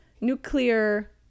nuclear